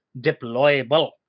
deployable